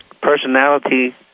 Personality